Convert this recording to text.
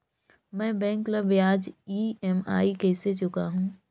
मैं बैंक ला ब्याज ई.एम.आई कइसे चुकाहू?